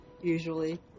Usually